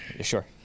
Sure